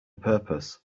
purpose